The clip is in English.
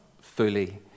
fully